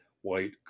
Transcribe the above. white